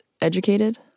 educated